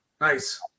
Nice